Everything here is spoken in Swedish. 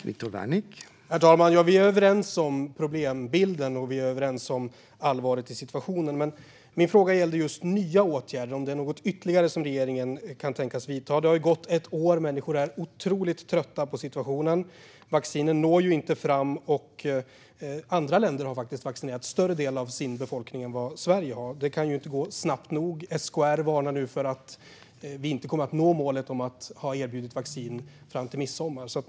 Herr talman! Vi är överens om problembilden, och vi är överens om allvaret i situationen. Men min fråga gällde just nya åtgärder, om det är någon ytterligare som regeringen kan tänkas vidta. Det har gått ett år. Människor är otroligt trötta på situationen. Vaccinen når inte fram. Andra länder har faktiskt vaccinerat en större del av sin befolkning än vad Sverige har. Det kan inte gå snabbt nog. SKR varnar nu för att vi inte kommer att nå målet om att ha erbjudit alla vaccin fram till midsommar.